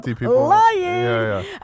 lying